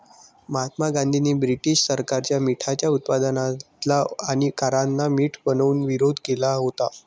महात्मा गांधींनी ब्रिटीश सरकारच्या मिठाच्या उत्पादनाला आणि करांना मीठ बनवून विरोध केला होता